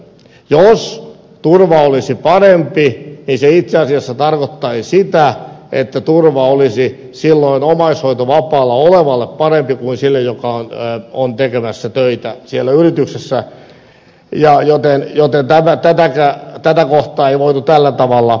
jos turva olisi parempi se itse asiassa tarkoittaisi sitä että turva olisi silloin omaishoitovapaalla olevalle parempi kuin sille joka on tekemässä töitä siellä yrityksessä joten tätä kohtaa ei voitu tällä tavalla muuttaa